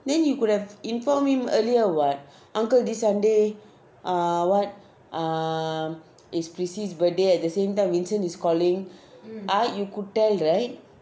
then you could have informed him earlier [what] uncle this sunday ah what um is prissy's birthday at the same time vincent is calling I you could tell right